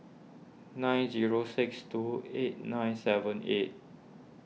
nine zero six two eight nine seven eight